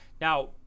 Now